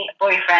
boyfriend